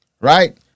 Right